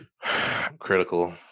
critical